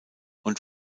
und